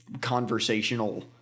conversational